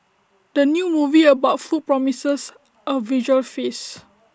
the new movie about food promises A visual feast